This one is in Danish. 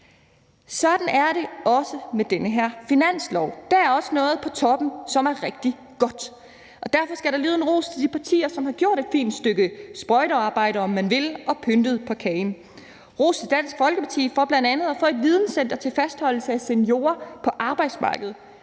Sådan er det også med den her finanslov. Der er også noget på toppen, som er rigtig godt. Og derfor skal der lyde en ros til de partier, som har gjort et fint stykke sprøjtearbejde, om man vil, og pyntet på kagen. Ros til Dansk Folkeparti for bl.a. at få et videncenter til fastholdelse af seniorer på arbejdsmarkedet.